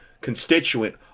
constituent